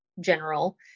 general